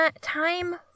time